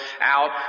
out